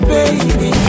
Baby